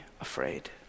afraid